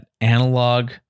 analog